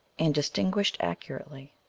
and distinguished accurately